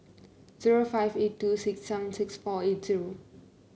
zero five eight two six sun six four eight zero